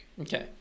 Okay